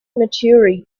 meteorite